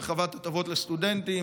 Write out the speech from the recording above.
הרחבת הטבות לסטודנטים,